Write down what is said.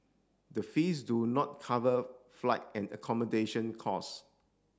the fees do not cover flight and accommodation costs